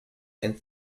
and